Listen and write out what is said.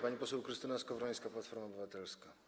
Pani poseł Krystyna Skowrońska, Platforma Obywatelska.